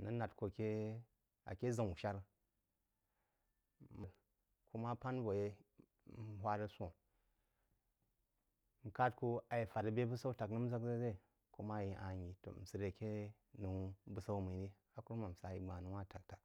n rəg lá kō akē ʒaun-shar, kū má pān vō aké yeí n hwar sō-nh, n kād kū ayé fād rəg bē búsaú tak-nəm ʒag-ʒag ré? Kú má yí “ ááhn” n yi “ tō n sə ré aké noú beg-saú mmí rí. Ā kurumam sá ī gbán noū wāhn tak-tāk